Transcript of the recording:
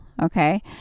Okay